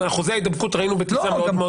ואחוזי ההידבקות בטיסה ראינו שהם מאוד מאוד גבוהים,